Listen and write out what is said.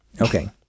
Okay